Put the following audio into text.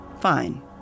Fine